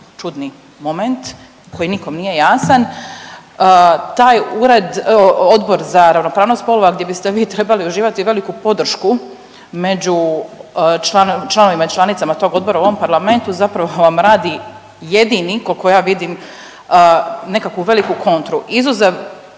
čudni moment koji nikom nije jasan. Taj ured, Odbor za ravnopravnost spolova gdje biste vi trebali uživati veliku podršku među članovima i članicama tog odbora u ovom parlamentu zapravo vam radi jedini koliko ja vidim nekakvu veliku kontru. Izuzev